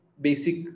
basic